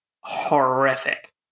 horrific